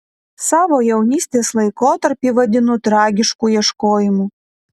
savo jaunystės laikotarpį vadinu tragišku ieškojimu